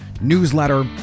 newsletter